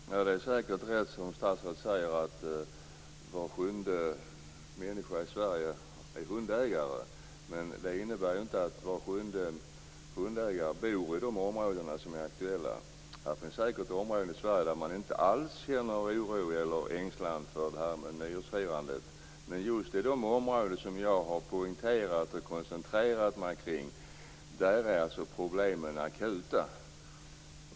Fru talman! Det är säkert rätt som statsrådet säger att var sjunde människa i Sverige är hundägare. Men det innebär inte att var sjunde hundägare bor i de aktuella områdena. Här finns säkert områden i Sverige där man inte alls känner oro eller ängslan för nyårsfirandet. Just i de områden jag har koncentrerat mig kring är problemen akuta.